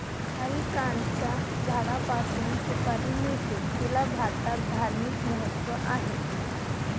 अरिकानटच्या झाडापासून सुपारी मिळते, तिला भारतात धार्मिक महत्त्व आहे